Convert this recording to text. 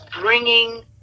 bringing